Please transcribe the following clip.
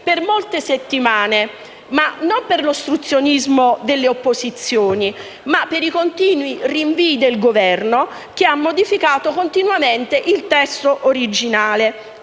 per molte settimane, non per l'ostruzionismo delle opposizioni, ma per i continui rinvii del Governo, che ha modificato continuamente il testo originale,